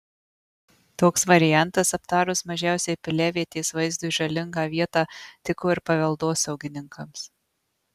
toks variantas aptarus mažiausiai piliavietės vaizdui žalingą vietą tiko ir paveldosaugininkams